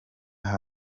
aho